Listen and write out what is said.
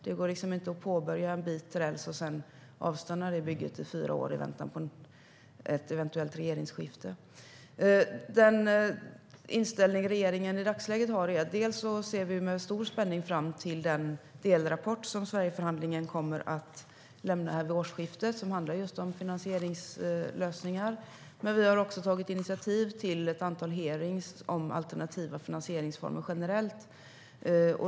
Det går inte att påbörja projektet med en bit räls och sedan låta bygget avstanna i fyra år i väntan på ett eventuellt regeringsskifte. Den inställning som regeringen i dagsläget har är att vi med stor spänning ser fram emot den delrapport som Sverigeförhandlingen kommer att avlämna vid årsskiftet och som handlar just om finansieringslösningar. Vi har också tagit initiativ till ett antal hearingar om alternativa finansieringsformer generellt.